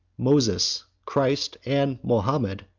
moses, christ, and mahomet,